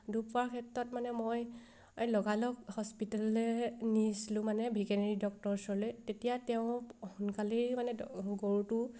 দুখ পোৱাৰ ক্ষেত্ৰত মানে মই লগালগ হস্পিতেলৈ নিছিলোঁ মানে ভেকেনেৰি ডক্টৰৰ ওচৰলৈ তেতিয়া তেওঁ সোনকালেই মানে গৰুটো